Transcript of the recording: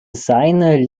seine